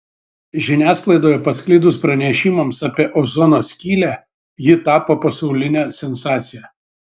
žiniasklaidoje pasklidus pranešimams apie ozono skylę ji tapo pasauline sensacija